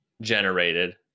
generated